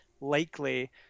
likely